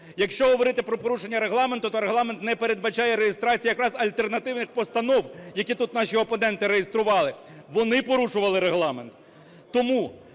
Якщо говорити про порушення Регламенту, то Регламент не передбачає реєстрації якраз альтернативних постанов, які тут наші опоненти реєстрували. Вони порушували Регламент. Тому,